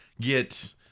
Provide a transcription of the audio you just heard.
get